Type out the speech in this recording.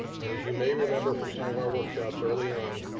and as you may remember from some of our workshops early on,